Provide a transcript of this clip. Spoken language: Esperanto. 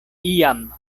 iam